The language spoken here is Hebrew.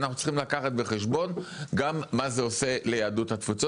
אנחנו צריכים לקחת בחשבון גם מה זה עושה ליהדות התפוצות.